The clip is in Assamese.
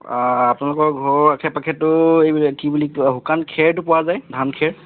আপোনালোকৰ ঘৰৰ আশে পাশেতো এইবিলাক কি বুলি কয় শুকান খেৰটো পোৱা যায় ধানখেৰ